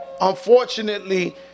unfortunately